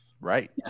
right